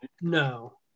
No